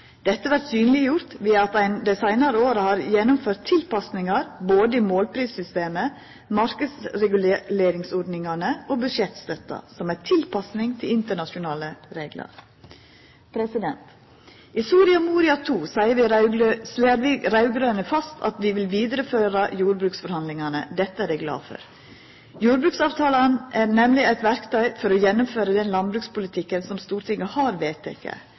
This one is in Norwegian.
Dette vert synleggjort ved at ein dei seinare åra har gjennomført tilpassingar både i målprissystemet, marknadsreguleringsordningane og budsjettstøtta – som ei tilpassing til internasjonale reglar. I Soria Moria II slår vi raud-grøne fast at vi vil vidareføra jordbruksforhandlingane. Dette er eg glad for. Jordbruksavtalane er nemleg eit verktøy for å gjennomføra den landbrukspolitikken som Stortinget har vedteke,